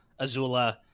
Azula